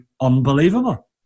unbelievable